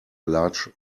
large